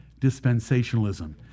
dispensationalism